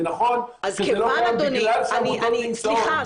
זה נכון שזה לא קיים בגלל שהעמותות נמצאים.